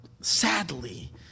sadly